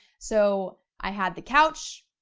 so i had the couch,